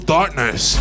Darkness